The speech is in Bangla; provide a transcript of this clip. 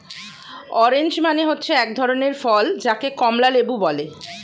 অরেঞ্জ মানে হচ্ছে এক ধরনের ফল যাকে কমলা লেবু বলে